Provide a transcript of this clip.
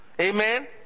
Amen